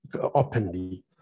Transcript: openly